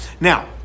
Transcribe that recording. Now